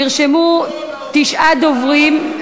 נרשמו תשעה דוברים.